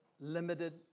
limited